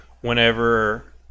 whenever